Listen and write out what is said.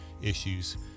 issues